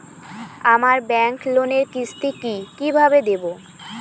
আমার ব্যাংক লোনের কিস্তি কি কিভাবে দেবো?